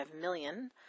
million